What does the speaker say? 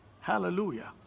hallelujah